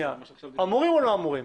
אמורים או לא אמורים?